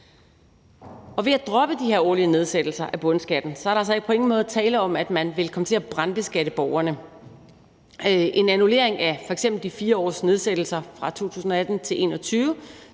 ved at droppe de her årlige nedsættelser af bundskatten altså på ingen måde tale om, at man vil komme til at brandbeskatte borgerne. En annullering af f.eks de 4 års nedsættelser fra 2018 til 2021